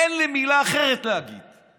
אין לי מילה אחרת להגיד";